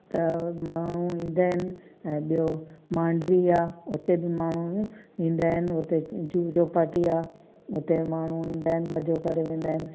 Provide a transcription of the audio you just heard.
त माण्हू ईंदा आहिनि ऐं ॿियो मांडवी आहे उते बि माण्हू ईंदा आहिनि उते जूहु चौपाटी आहे उते माण्हू ईंदा आहिनि मज़ो करे वेंदा आहिनि